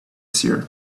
seer